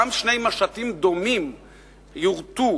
גם שני משטים דומים יורטו,